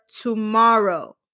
tomorrow